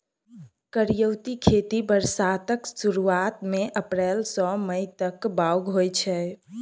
करियौती खेती बरसातक सुरुआत मे अप्रैल सँ मई तक बाउग होइ छै